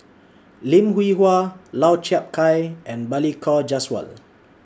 Lim Hwee Hua Lau Chiap Khai and Balli Kaur Jaswal